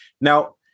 Now